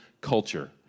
culture